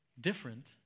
Different